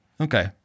Okay